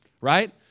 right